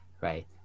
right